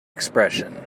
expression